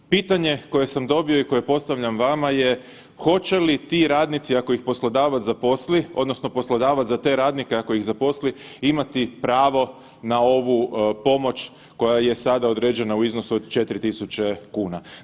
Pitanje koje sam dobio i koje postavljam vama je hoće li ti radnici ako ih poslodavac zaposli odnosno poslodavac za te radnike ako ih zaposli imati pravo na ovu pomoć koja je sada određena u iznosu od 4.000 kuna.